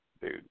dude